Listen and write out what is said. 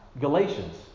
Galatians